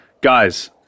Guys